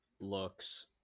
looks